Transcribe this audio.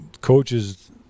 Coaches